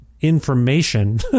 information